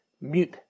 mute